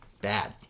Bad